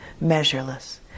measureless